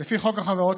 לפי חוק החברות,